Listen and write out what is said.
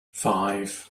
five